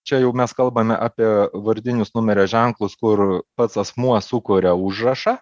čia jau mes kalbame apie vardinius numerio ženklus kur pats asmuo sukuria užrašą